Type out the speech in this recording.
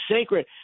sacred